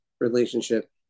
relationship